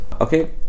Okay